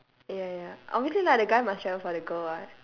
ya ya obviously lah the guy must travel for the girl [what]